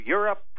Europe